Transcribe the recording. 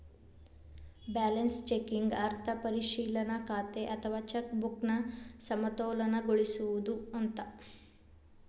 balance checking ಅರ್ಥ ಪರಿಶೇಲನಾ ಖಾತೆ ಅಥವಾ ಚೆಕ್ ಬುಕ್ನ ಸಮತೋಲನಗೊಳಿಸೋದು ಅಂತ